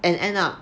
and end up